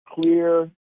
clear